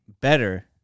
better